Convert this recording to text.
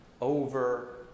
over